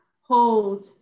Hold